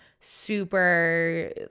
super